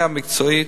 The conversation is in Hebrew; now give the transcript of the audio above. היה מכרז מקצועי,